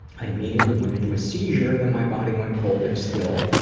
i immediately went into a seizure, then my body went cold and still